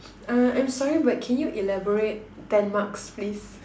uh I'm sorry but can you elaborate ten marks please